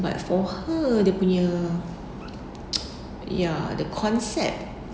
but for her dia punya ya the concept